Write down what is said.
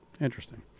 Interesting